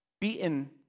beaten